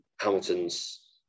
Hamilton's